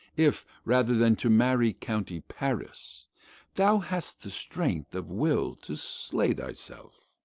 if, rather than to marry county paris thou hast the strength of will to slay thyself,